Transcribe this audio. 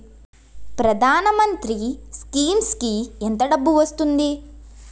ప్రధాన మంత్రి స్కీమ్స్ కీ ఎంత డబ్బు వస్తుంది?